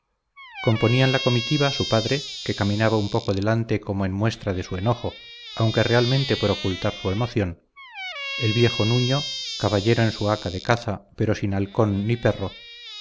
componían la comitiva su padre que caminaba un poco delante como en muestra de su enojo aunque realmente por ocultar su emoción el viejo nuño caballero en su haca de caza pero sin halcón ni perro